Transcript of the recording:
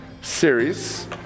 series